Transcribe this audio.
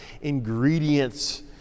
ingredients